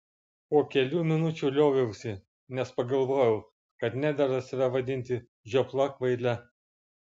po kelių minučių lioviausi nes pagalvojau kad nedera save vadinti žiopla kvaile